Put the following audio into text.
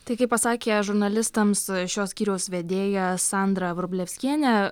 tai kaip pasakė žurnalistams šio skyriaus vedėja sandra vrublevskienė